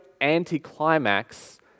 Anticlimax